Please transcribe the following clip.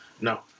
No